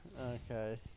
Okay